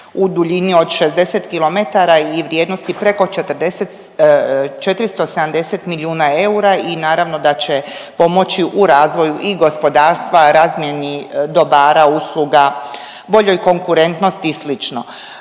u duljini od 60 km i vrijednosti preko 40, 470 milijuna eura i naravno da će pomoći u razvoju i gospodarstva, razmjeni dobara, usluga, boljoj konkurentnosti i